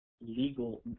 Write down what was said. legal –